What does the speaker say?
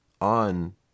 on